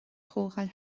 chomhdháil